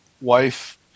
wife